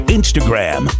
Instagram